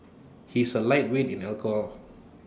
he is A lightweight in alcohol